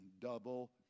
double